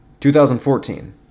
2014